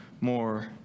more